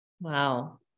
Wow